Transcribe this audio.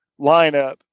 lineup